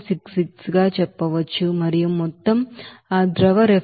66 గా చెప్పవచ్చు మరియు మొత్తం ఆ ద్రవ రిఫ్రిజిరెంట్ యొక్క 18